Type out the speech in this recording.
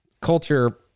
culture